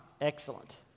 excellent